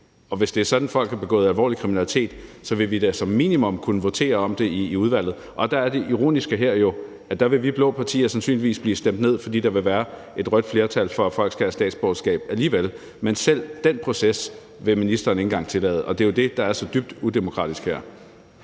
Hvis det er sådan, at folk har begået alvorlig kriminalitet, vil vi da som minimum kunne votere om det i udvalget. Der er det ironiske her jo, at der vil vi blå partier sandsynligvis blive stemt ned, fordi der vil være et rødt flertal for, at folk skal have statsborgerskab alligevel. Men selv den proces vil ministeren ikke engang tillade, og det er jo det, der er så dybt udemokratisk her.